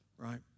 right